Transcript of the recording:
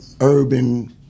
urban